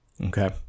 Okay